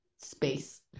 space